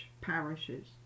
parishes